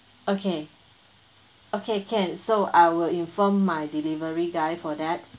okay okay can so I will inform my delivery guy for that